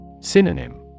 Synonym